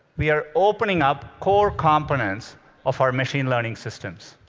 we are opening up cord components of our machine learning systems.